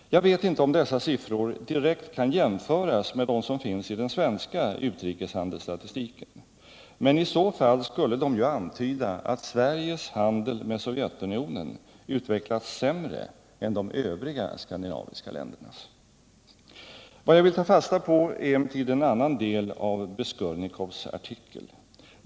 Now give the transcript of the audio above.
Jag vet inte om dessa siffror direkt kan jämföras med dem som finns i den svenska utrikeshandelsstatistiken, men i så fall skulle de ju antyda att Sveriges handel med Sovjetunionen utvecklats sämre än de övriga skandinaviska ländernas. Vad jag vill ta fasta på är emellertid en annan del av Beskurnikovs artikel.